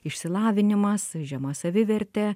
išsilavinimas žema savivertė